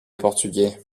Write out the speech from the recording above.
portugais